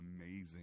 amazing